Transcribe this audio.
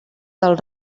del